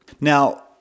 Now